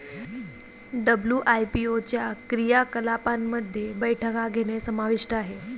WIPO च्या क्रियाकलापांमध्ये बैठका घेणे समाविष्ट आहे